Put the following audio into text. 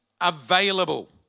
available